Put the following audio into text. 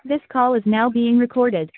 dish call is now being recorded